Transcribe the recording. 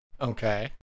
Okay